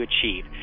achieve